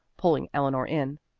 pulling eleanor in.